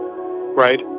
right